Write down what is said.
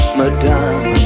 madame